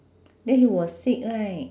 then he was sick right